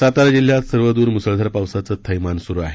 सातारा जिल्ह्यात सर्वद्र म्सळधार पावसाचे थैमान स्रु आहे